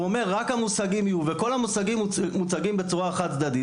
הוא אומר רק המושגים יהיו וכל המושגים מוצגים בצורה חד צדדית,